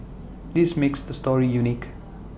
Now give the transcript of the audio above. this makes the story unique